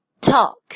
talk